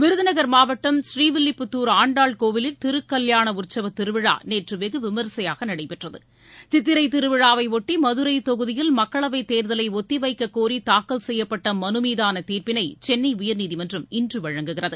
விருதுநகர் மாவட்டம் ஸ்ரீவில்லிப்புத்தார் ஆண்டாள் கோவிலில் திருக்கல்யாண உற்சவ திருவிழா நேற்று வெகு விமர்சையாக நடைபெற்றது சித்திரை திருவிழாவையொட்டி மதுரை தொகுதியில் மக்களவை தேர்தலை ஒத்திவைக்க கோரி தாக்கல் செய்யப்பட்ட மனுமீதான தீர்ப்பினை சென்னை உயர்நீதிமன்றம் இன்று வழங்குகிறது